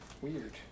Weird